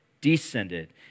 descended